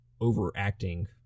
overacting